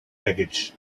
baggage